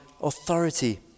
authority